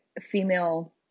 female